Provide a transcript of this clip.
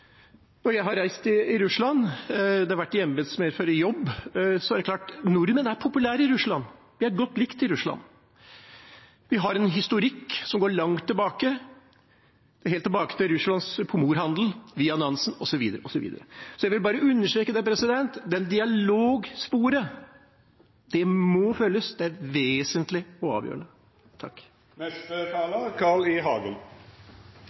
Jeg har reist i Russland – det har vært i embets medfør, i jobb – og det er klart for meg at nordmenn er populære i Russland. Vi er godt likt i Russland. Vi har en historikk som går langt tilbake, helt tilbake til Russlands pomorhandel, via Nansen, osv. Jeg vil bare understreke det. Det dialogsporet må følges. Det er vesentlig og avgjørende.